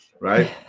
Right